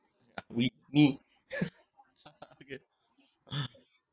we need